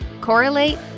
Correlate